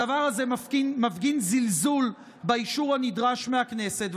הדבר הזה מפגין זלזול באישור הנדרש מהכנסת.